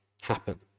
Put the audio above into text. happen